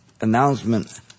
announcement